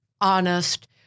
honest